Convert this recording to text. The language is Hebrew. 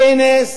כנס